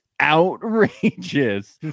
outrageous